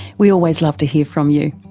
we always love to hear from you.